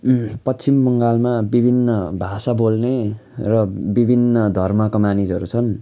पश्चिम बङ्गालमा विभिन्न भाषा बोल्ने र विभिन्न धर्मका मानिसहरू छन्